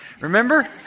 Remember